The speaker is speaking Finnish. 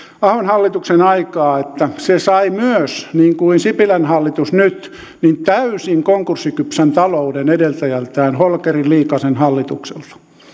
ahon hallituksen aikaa että se sai myös niin kuin sipilän hallitus nyt täysin konkurssikypsän talouden edeltäjältään holkerin liikasen hallitukselta